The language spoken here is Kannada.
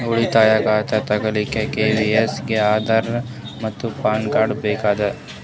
ಉಳಿತಾಯ ಖಾತಾ ತಗಿಲಿಕ್ಕ ಕೆ.ವೈ.ಸಿ ಗೆ ಆಧಾರ್ ಮತ್ತು ಪ್ಯಾನ್ ಕಾರ್ಡ್ ಬೇಕಾಗತದ